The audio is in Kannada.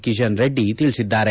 ಕಿಶನ್ ರೆಡ್ಡಿ ತಿಳಿಸಿದ್ದಾರೆ